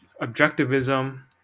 objectivism